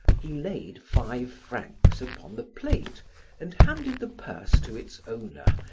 he laid five francs upon the plate and handed the purse to its owner,